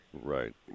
right